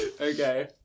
Okay